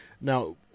Now